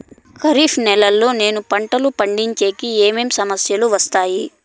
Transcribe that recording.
ఖరీఫ్ నెలలో నేను పంటలు పండించేకి ఏమేమి సమస్యలు వస్తాయి?